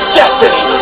destiny